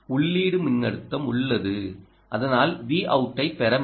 உள்ளீட்டு மின்னழுத்தம் உள்ளது அதனால் Vout ஐ பெற முடியும்